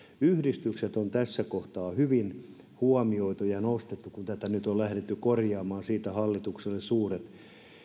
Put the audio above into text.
yhdistykset on tässä kohtaa hyvin huomioitu ja nostettu kun tätä nyt on lähdetty korjaamaan siitä hallitukselle suuret